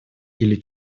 или